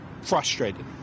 frustrated